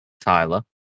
Tyler